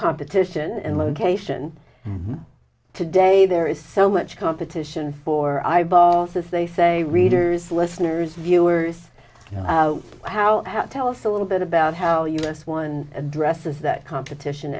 competition and location today there is so much competition for eyeballs as they say readers listeners viewers how tell us a little bit about how the u s one addresses that competition